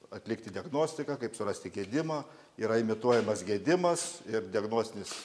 atlikti diagnostiką kaip surasti gedimą yra imituojamas gedimas ir diagnostinis